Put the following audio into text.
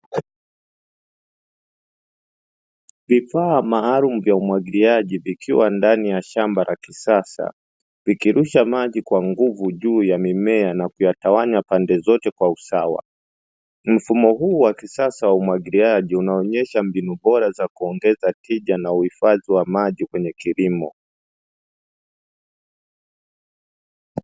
Vifaa maalumu vya umwagiliaji vikiwa ndani ya shamba la kisasa, vikirusha maji kwa nguvu juu ya mimea na kuyatawanya pande zote kwa usawa. Mfumo huu wa kisasa wa umwagiliaji unaonyesha mbinu bora za kuongeza tija na uhifadhi wa maji kwenye kilimo.